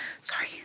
Sorry